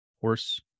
horse